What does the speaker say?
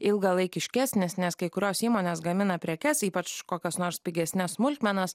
ilgalaikiškesnis nes kai kurios įmonės gamina prekes ypač kokias nors pigesnes smulkmenas